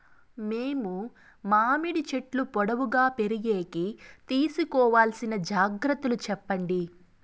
మేము మామిడి చెట్లు పొడువుగా పెరిగేకి తీసుకోవాల్సిన జాగ్రత్త లు చెప్పండి?